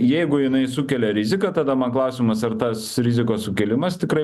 jeigu jinai sukelia riziką tada man klausimas ar tas rizikos sukėlimas tikrai